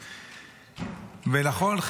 ונכון,